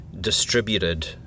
distributed